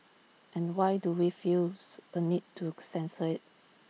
and why do we still feels A need to censor IT